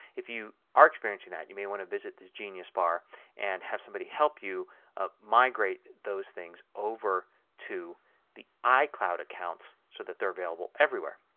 if you are experiencing that you may want to visit the genius bar and have somebody help you ah migrate those things over to the icloud accounts so they are available everywhere.